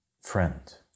friend